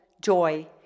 joy